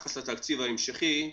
ביחס לתקציב ההמשכי.